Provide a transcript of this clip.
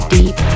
Deep